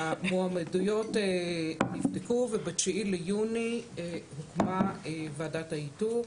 המועמדויות נבדקו וב-9 ביוני הוקמה ועדת האיתור,